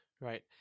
Right